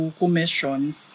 commissions